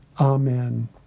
Amen